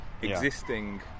existing